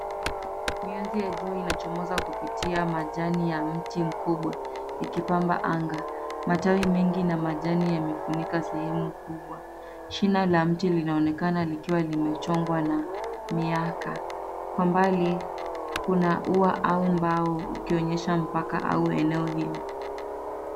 Mianzi ya jua inachomoza kupitia majani ya mti mkubwa likipamba anga. Matawi mengi na majani yamefunika sehemu kubwa. Shina la mti linaonekana likiwa limechongwa na miaka. Kwa mbali kuna ua au mbao ukionyesha mpaka au eneo hili.